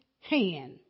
hand